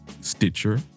Stitcher